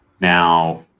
Now